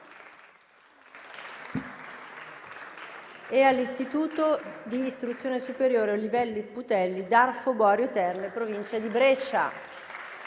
e dell'Istituto di istruzione superiore «Olivelli Putelli» di Darfo Boario Terme, in provincia di Brescia.